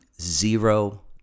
zero